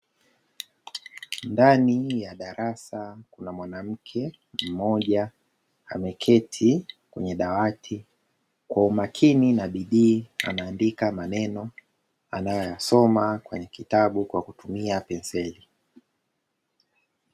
Ndani ya darasa, kuna mwanamke mmoja ameketi kwenye dawati, kwa umakini na bidii anaandika maneno anayoyasoma kwenye kitabu, kwa kutumia penseli.